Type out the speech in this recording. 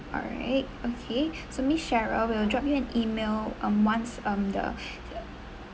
alright okay so miss cheryl we'l drop you an email um once um the